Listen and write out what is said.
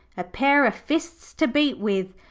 a pair of fists to beat with,